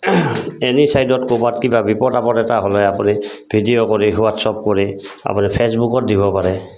any চাইডত ক'ৰবাত কিবা বিপদ আপদ এটা হ'লে আপুনি ভিডিঅ' কৰি হোৱাটছআপ কৰি আপুনি ফেচবুকত দিব পাৰে